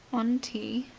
one tea,